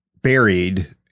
Buried